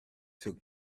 took